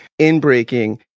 inbreaking